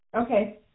Okay